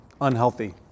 unhealthy